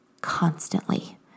constantly